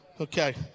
Okay